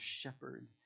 shepherd